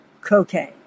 Cocaine